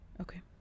okay